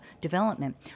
development